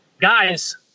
Guys